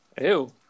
Ew